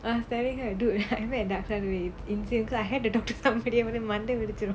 I was telling her dude I met dakshar today I had to talk to somebody இல்லனா மண்டை வெடிச்சிடும்:illana mandai vedichidum